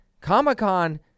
Comic-Con